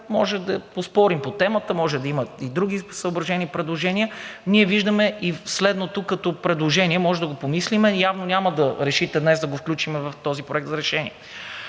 може да поспорим по темата, а може да има и други съображения и предложения. Ние виждаме и следното като предложение, можем да го помислим, но явно няма да решите днес да го включим в този проект за решение.